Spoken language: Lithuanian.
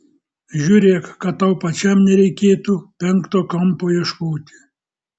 žiūrėk kad tau pačiam nereikėtų penkto kampo ieškoti